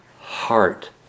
heart